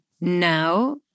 now